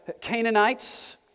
Canaanites